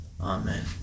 Amen